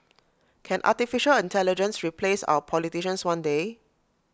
can Artificial Intelligence replace our politicians one day